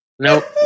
Nope